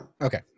okay